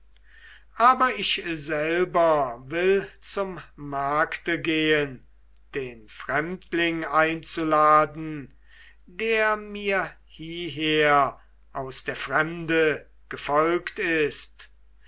aber ich selber will zum markte gehen den fremdling einzuladen der mir hieher aus der fremde gefolgt ist